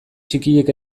txikiek